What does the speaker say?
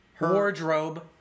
Wardrobe